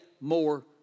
more